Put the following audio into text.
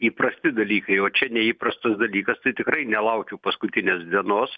įprasti dalykai o čia neįprastas dalykas tai tikrai nelaukiu paskutinės dienos